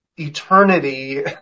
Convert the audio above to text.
eternity